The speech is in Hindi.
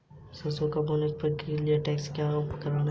सरसों को बोने के लिये ट्रैक्टर पर क्या उपकरण जोड़ें?